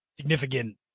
significant